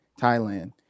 Thailand